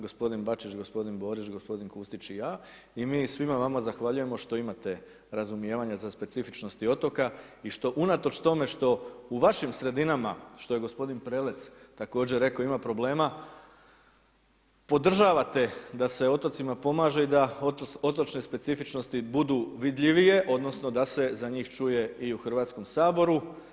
Gospodin Bačić, gospodin Borić, gospodin Kustić i ja i mi svima vama zahvaljujemo što imate razumijevanje za specifičnosti otoka i što unatoč tome što u vašim sredinama, što je g. Prelec također rekao ima problema, podržavate da se otocima pomaže i da otočne specifičnosti budu vidljivije, odnosno, da se za njih čuje i u Hrvatskom saboru.